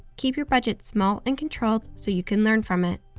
keep your budget small and controlled so you can learn from it.